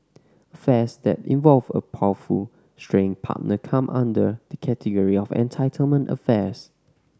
affairs that involve a powerful straying partner come under the category of entitlement affairs